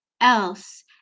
else